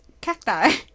cacti